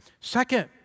Second